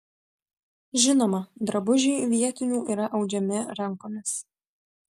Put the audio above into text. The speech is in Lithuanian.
žinoma drabužiai vietinių yra audžiami rankomis